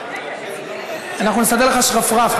נסדר לך שרפרף,